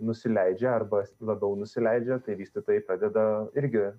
nusileidžia arba labiau nusileidžia tai vystytojai pradeda irgi